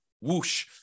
Whoosh